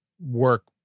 work